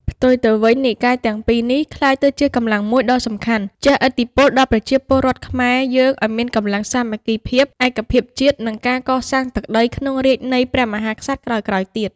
ផ្ទុយទៅវិញ និកាយទាំងពីរនេះក្លាយទៅជាកម្លាំងមួយដ៏សំខាន់ ជះឥទ្ធិពលដល់ប្រជាពលរដ្ឋខ្មែរ យើងឱ្យមានកម្លាំងសាមគ្គីភាពឯកភាពជាតិ និងការកសាងទឹកដីក្នុងរាជ្យនៃព្រះមហាក្សត្រក្រោយៗទៀត។